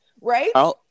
right